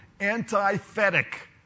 antithetic